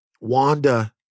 Wanda